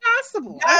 possible